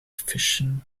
fission